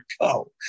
go